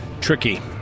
Tricky